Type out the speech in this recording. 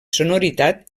sonoritat